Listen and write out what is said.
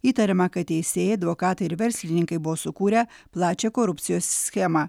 įtariama kad teisėjai advokatai ir verslininkai buvo sukūrę plačią korupcijos schemą